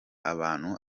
abantu